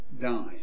die